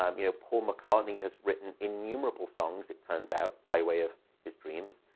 um you know, paul mccartney has written innumerable songs, it turns out, by way of his dreams.